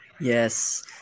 Yes